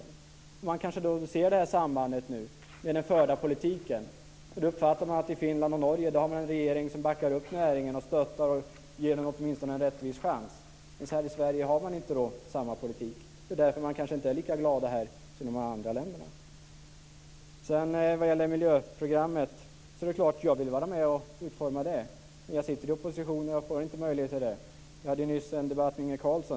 Men regeringen kanske ser detta samband genom den förda politiken. I Finland och Norge backar regeringarna upp näringen, stöttar den och ger den en rättvis chans. I Sverige har man inte samma politik. Det är kanske därför som lantbrukarna inte är lika glada här som de är i de andra länderna. Det är klart att jag vill vara med och utforma miljöprogrammen. Jag sitter i opposition och har då inte möjlighet att vara det. Jag hade nyss en debatt med Inge Carlsson.